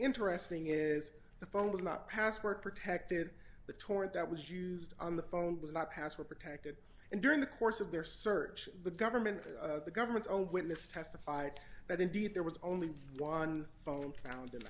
interesting is the phone was not password protected the torrent that was used on the phone was not password protected and during the course of their search the government or the government's own witness testified that indeed there was only one phone found in